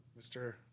Mr